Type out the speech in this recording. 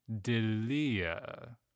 Delia